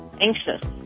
anxious